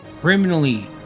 criminally